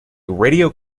radio